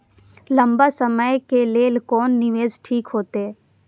लंबा समय के लेल कोन निवेश ठीक होते?